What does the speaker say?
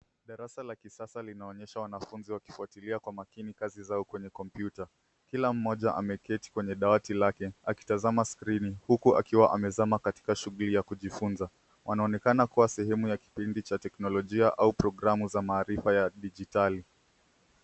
Darasa la kisasa linaonyesha wanafunzi wakifuatilia kwa makini kazi zao kwenye kompyuta. Kila mmoja ameketi kwenye dawati lake akitazama skirini, huku akiwa amezama katika shughuli ya kujifunza. Wanaonekana kua sehemu ya kipindi cha teknolojia au programu za maarifa ya dijitali.